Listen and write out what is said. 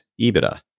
EBITDA